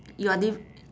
you are diff~